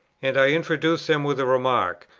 and i introduce them with a remark,